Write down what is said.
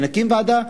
נקים ועדה,